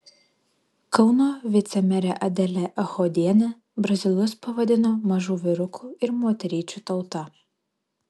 kauno vicemerė adelė echodienė brazilus pavadino mažų vyrukų ir moteryčių tauta